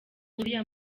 uriya